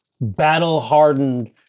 battle-hardened